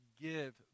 give